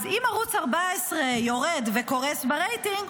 אם ערוץ 14 יורד וקורס ברייטינג,